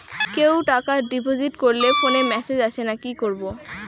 কেউ টাকা ডিপোজিট করলে ফোনে মেসেজ আসেনা কি করবো?